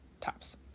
Tops